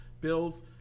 bills